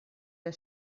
der